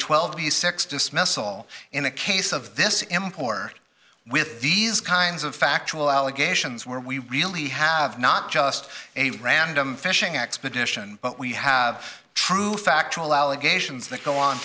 twelve the six dismissal in the case of this import with these kinds of factual allegations where we really have not just a random fishing expedition but we have true factual allegations that go on